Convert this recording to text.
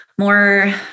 more